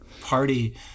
party